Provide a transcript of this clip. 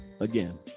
again